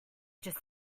just